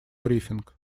брифинг